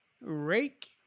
rake